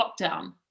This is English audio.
lockdown